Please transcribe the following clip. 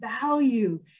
value